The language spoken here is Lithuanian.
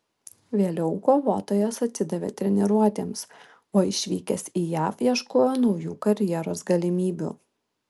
vėliau kovotojas atsidavė treniruotėms o išvykęs į jav ieškojo naujų karjeros galimybių